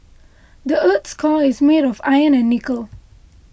the earth's core is made of iron and nickel